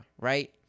Right